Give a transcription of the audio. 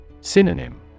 Synonym